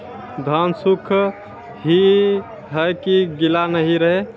धान सुख ही है की गीला नहीं रहे?